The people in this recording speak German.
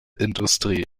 industrie